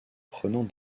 prenant